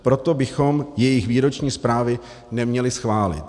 Proto bychom jejich výroční zprávy neměli schválit.